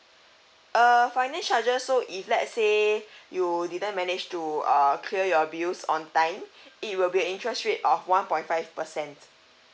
err finance charges so if let's say you didn't manage to uh clear your bills on time it will be an interest rate of one point five percent